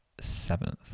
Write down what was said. seventh